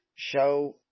Show